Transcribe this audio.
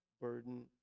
burden